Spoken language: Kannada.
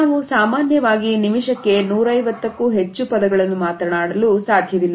ನಾವು ಸಾಮಾನ್ಯವಾಗಿ ನಿಮಿಷಕ್ಕೆ 150ಕ್ಕೂ ಹೆಚ್ಚು ಪದಗಳನ್ನು ಮಾತನಾಡಲು ಸಾಧ್ಯವಿಲ್ಲ